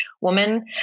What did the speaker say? woman